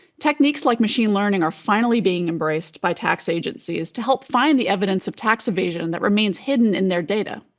techniques like machine learning are finally being embraced by tax agencies to help find the evidence of tax evasion that remains hidden in their data.